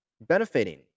benefiting